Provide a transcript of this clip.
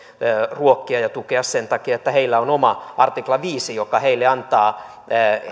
ruokkia ja tukea sen takia että heillä on oma artikla viisi joka heille antaa